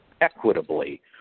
equitably